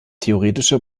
theoretische